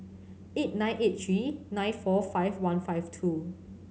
eight nine eight three nine four five one five two